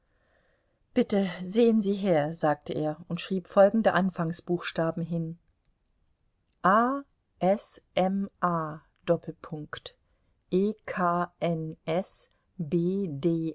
bitte sehen sie her sagte er und schrieb folgende anfangsbuchstaben hin a